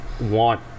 want